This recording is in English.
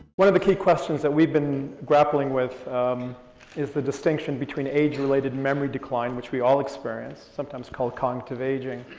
one of the key questions that we've been grappling with is the distinction between age-related memory decline, which we all experience, sometimes called cognitive aging,